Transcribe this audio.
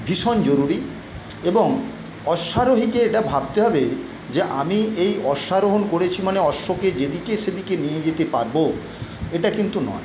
ভীষণ জরুরি এবং অশ্বারোহীকে এটা ভাবতে হবে যে আমি এই অশ্বারোহণ করেছি মানে অশ্বকে যেদিকে সেদিকে নিয়ে যেতে পারবো এটা কিন্তু নয়